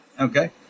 okay